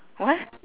what